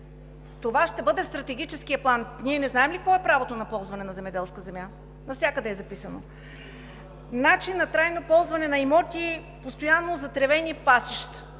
това ще бъде Стратегическият план? Ние не знаем ли какво е правото на ползване на земеделска земя? Навсякъде е записано – начин на трайно ползване на имоти, постоянно затревени пасища.